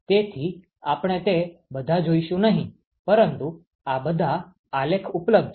તેથી આપણે તે બધા જોઈશું નહીં પરંતુ આ બધા આલેખ ઉપલબ્ધ છે